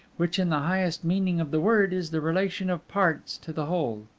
which, in the highest meaning of the word, is the relation of parts to the whole.